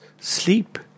sleep